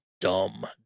dumb